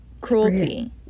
cruelty